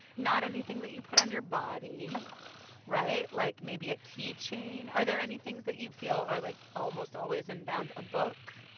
not anything that you put on your body right? like, maybe a key chain? are there any things that you feel are, like, almost always in bounds a book?